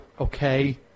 okay